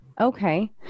Okay